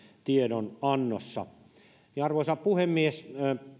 tiedonannossa arvoisa puhemies